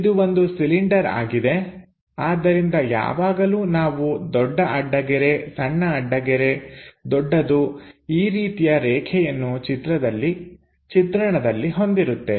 ಇದು ಒಂದು ಸಿಲಿಂಡರ್ ಆಗಿದೆ ಆದ್ದರಿಂದ ಯಾವಾಗಲೂ ನಾವು ದೊಡ್ಡ ಅಡ್ಡಗೆರೆ ಸಣ್ಣ ಅಡ್ಡಗೆರೆ ದೊಡ್ಡದು ಈ ರೀತಿಯ ರೇಖೆಯನ್ನು ಚಿತ್ರಣದಲ್ಲಿ ಹೊಂದಿರುತ್ತೇವೆ